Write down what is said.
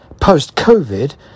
Post-COVID